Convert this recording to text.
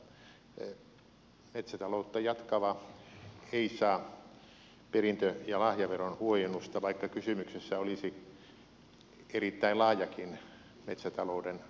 metsätaloutta jatkava ei saa perintö ja lahjaveron huojennusta vaikka kysymyksessä olisi erittäin laajakin metsätalouden harjoittaminen